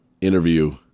interview